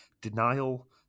denial